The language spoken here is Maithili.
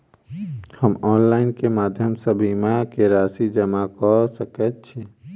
हम ऑनलाइन केँ माध्यम सँ बीमा केँ राशि जमा कऽ सकैत छी?